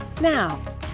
Now